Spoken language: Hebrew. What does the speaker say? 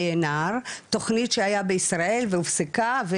תוכנית שהייתה בישראל והופסקה,